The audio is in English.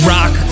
Rock